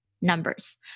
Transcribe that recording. numbers